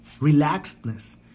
relaxedness